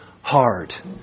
hard